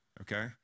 Okay